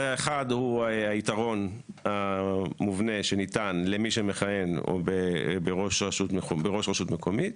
האחד הוא היתרון המובנה שניתן למי שמכהן בראש רשות מקומית.